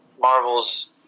Marvel's